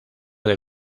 del